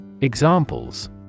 Examples